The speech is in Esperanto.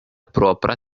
propra